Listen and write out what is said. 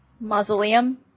Mausoleum